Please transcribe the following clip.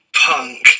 punk